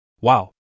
Wow